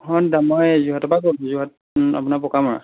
অহ্ দাদা মই যোৰহাটৰ পৰা ক'লো যোৰহাট আপোনাৰ পকামৰা